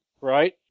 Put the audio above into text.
right